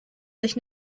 sich